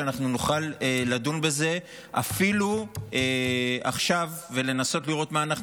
שאנחנו נוכל לדון בזה אפילו עכשיו ולנסות לראות מה אנחנו